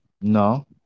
No